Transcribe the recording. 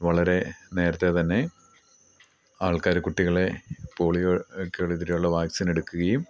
വളരെ നേരത്തെ തന്നെ ആൾക്കാർ കുട്ടികളെ പോളിയോക്കെതിരുള്ള വാക്സിൻ എടുക്കുകയും